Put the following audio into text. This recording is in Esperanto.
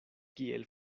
kiel